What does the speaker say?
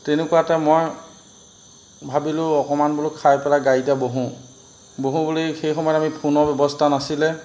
তেনেকুৱাতে মই ভাবিলোঁ অকণমান বোলো খাই পেলাই গাড়ী এটা বহোঁ বহোঁ বুলি সেই সময়ত আমি ফোনৰ ব্যৱস্থা নাছিলে